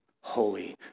holy